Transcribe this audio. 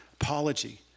apology